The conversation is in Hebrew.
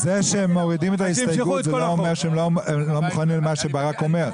זה שהם מורידים את ההסתייגות זה לא אומר שהם לא מוכנים למה שברק אומר.